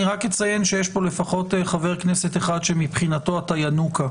אני רק אציין שיש פה לפחות חבר כנסת אחד שמבחינתו אתה ינוקא.